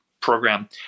program